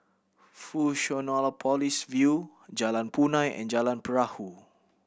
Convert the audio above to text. Fusionopolis View Jalan Punai and Jalan Perahu